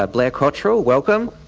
ah blair cottrell. welcome.